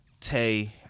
Tay